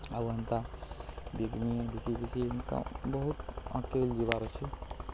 ଆଉ ହେନ୍ତା ବିିକିନି ବିକି ବିକି ହେନ୍ତା ବହୁତ ଆଗ୍କେ ଯିବାର୍ ଅଛି